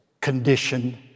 condition